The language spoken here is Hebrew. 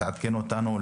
תעדכן אותנו.